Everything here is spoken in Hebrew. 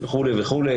שנביא וכו' וכו'.